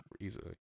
Easily